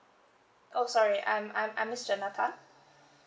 oh sorry I'm I'm I'm miss jenna tan